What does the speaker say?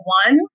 one